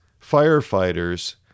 firefighters